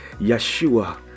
yeshua